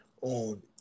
on